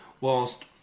whilst